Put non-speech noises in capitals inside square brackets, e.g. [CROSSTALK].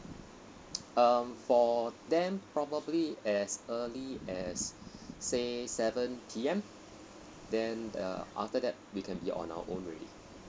[NOISE] um for them probably as early as say seven P_M then the after that we can be on our own already